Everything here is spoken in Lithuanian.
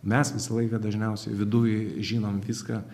mes visą laiką dažniausiai viduj žinom viską